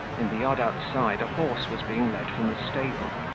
in the yard outside, a horse was being led from the stable,